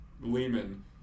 Lehman